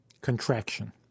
contraction